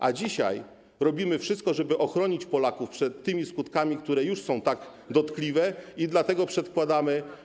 A dzisiaj robimy wszystko, żeby ochronić Polaków przed tymi skutkami, które już są tak dotkliwe, i dlatego przedkładamy.